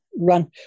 run